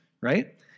right